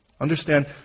Understand